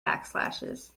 backslashes